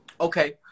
okay